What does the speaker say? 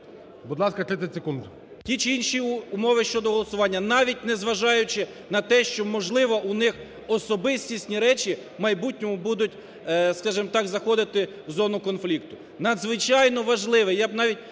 Будь ласка, 30 секунд. СОЛОВЕЙ Ю.І. Ті чи інші умови щодо голосування, навіть не зважаючи на те, що, можливо, у них особистісні речі в майбутньому будуть заходити в зону конфлікту. Надзвичайно важливий,